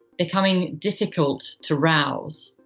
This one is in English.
becoming difficult to rouse,